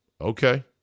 Okay